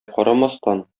карамастан